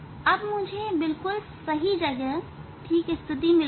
अब मुझे बिल्कुल ठीक स्थिति मिल गई